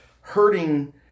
hurting